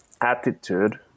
attitude